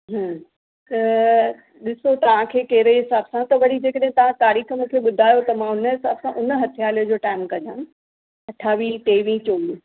त ॾिसो तव्हांखे कहिड़े हिसाबु सां त वरी जेकॾहें तव्हां तारीख़ मूंखे बुधायो त मां हुन हिसाबु सां उन हथियाले जो टाइम कढा अठावीह टेवीह चोवीह